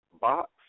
box